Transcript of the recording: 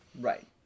Right